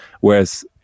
whereas